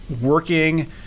working